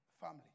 family